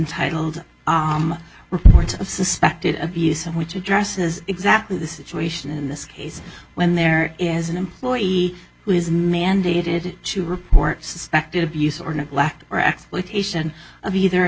intitled reports of suspected abuse and which addresses exactly the situation in this case when there is an employee who is nan dated to report suspected abuse or neglect or exploitation of either